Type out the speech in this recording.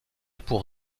pour